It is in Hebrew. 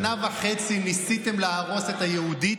שנה וחצי ניסיתם להרוס את ה"יהודית",